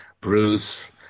Bruce